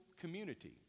community